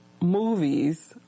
movies